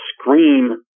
scream